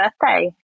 birthday